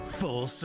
full